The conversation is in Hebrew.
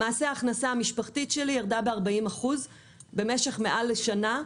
למעשה ההכנסה המשפחתית שלי ירדה ב-40% במשך יותר משנה.